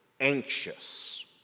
anxious